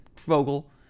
Vogel